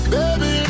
Baby